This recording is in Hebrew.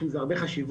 יש לזה הרבה חשיבות.